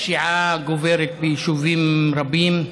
פשיעה גוברת ביישובים רבים,